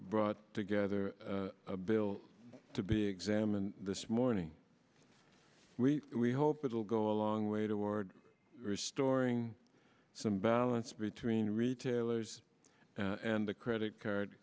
brought together a bill to be examined this morning we we hope it will go a long way toward restoring some balance between retailers and the credit card